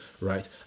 right